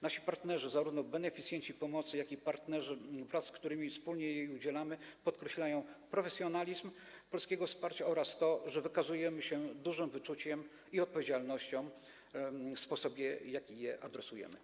Nasi partnerzy, zarówno beneficjenci pomocy, jak i partnerzy, wraz z którymi wspólnie jej udzielamy, podkreślają profesjonalizm polskiego wsparcia oraz to, że wykazujemy się dużym wyczuciem i odpowiedzialnością w sposobie, jaki je adresujemy.